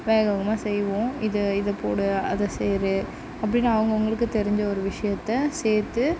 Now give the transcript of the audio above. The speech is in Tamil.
வேக வேகமாக செய்வோம் இது இதை போடு அதை செய்யிரு அப்படின்னு அவங்க அவங்களுக்கு தெரிஞ்ச ஒரு விஷயத்தை சேர்த்து